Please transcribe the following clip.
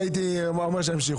הייתי אומר שימשיכו.